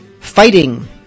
fighting